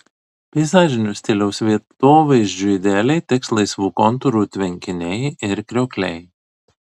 peizažinio stiliaus vietovaizdžiui idealiai tiks laisvų kontūrų tvenkiniai ir kriokliai